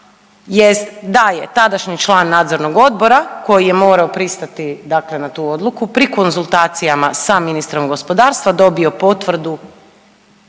da je tadašnji član nadzornog odbora koji je morao pristati dakle na tu odluku, pri konzultacijama sa ministrom gospodarstva, dobio potvrdu